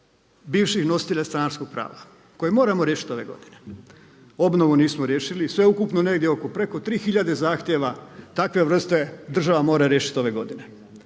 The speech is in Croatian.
bivših nositelja stanarskog prava koje moramo riješiti ove godine? Obnovu nismo riješili i sveukupno negdje oko preko 3 tisuće zahtjeva takve vrste država mora riješiti ove godine,